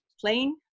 playing